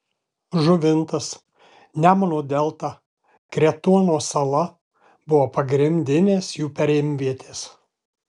žuvintas nemuno delta kretuono sala buvo pagrindinės jų perimvietės